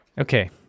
Okay